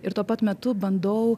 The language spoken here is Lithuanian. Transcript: ir tuo pat metu bandau